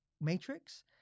matrix